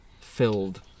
filled